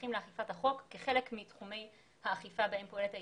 מוסמכים לאכיפת החוק כחלק מתחומי האכיפה בהם פועלת היחידה.